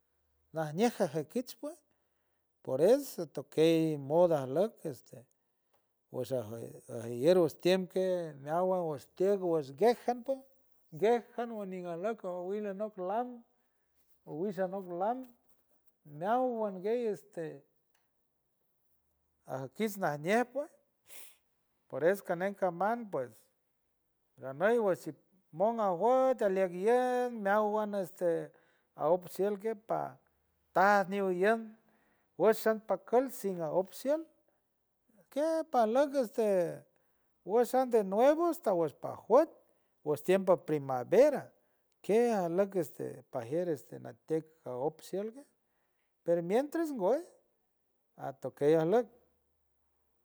Najñe jajakich puej por eso tokey moda ajlockt este gush shaja guier wush tiem kej meawan osh tiek guesh guejan puej guejan guej nigajlock awin anock lan owish anok lan meawan guey este ajkis ñajñe pues por eso canen caman pues ganey washi moon ajued alieck iend meawan este aop shiel kej pajta niw iend washen pakult sina op shield ajke pajkult este wush an de nuevo asta wush pajuet pes tiempo primavera ke ajlock este pajier este natieck jaop shield kej per mientras ngüej atokey ajleck.